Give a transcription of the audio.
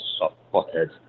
supported